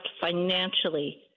financially